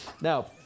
Now